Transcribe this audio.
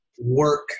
work